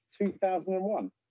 2001